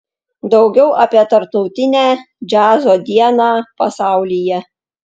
daugiau apie tarptautinę džiazo dieną pasaulyje